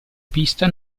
pista